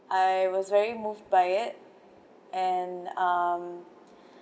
I was very moved by it and um